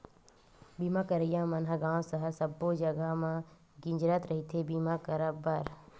बीमा करइया मन ह गाँव सहर सब्बो जगा म गिंजरत रहिथे बीमा करब बर